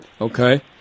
okay